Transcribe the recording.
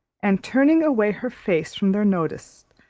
and turning away her face from their notice,